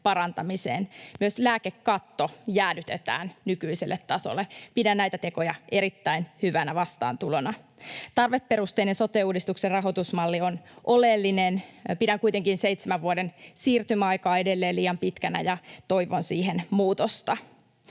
parantamiseen. Myös lääkekatto jäädytetään nykyiselle tasolle. Pidän näitä tekoja erittäin hyvänä vastaantulona. Tarveperusteinen sote-uudistuksen rahoitusmalli on oleellinen. Pidän kuitenkin seitsemän vuoden siirtymäaikaa edelleen liian pitkänä, ja toivon siihen muutosta.